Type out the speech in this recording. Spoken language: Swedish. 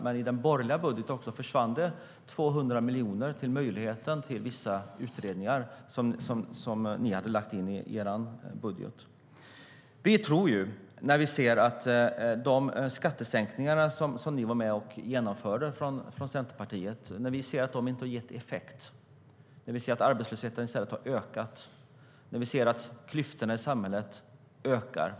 Men med den borgerliga budgeten försvann det 200 miljoner som skulle ha gett möjlighet till vissa utredningar. Vi ser att de skattesänkningar som ni i Centerpartiet var med och genomförde inte har gett effekt. Vi ser att arbetslösheten i stället har ökat. Vi ser att klyftorna i samhället ökar.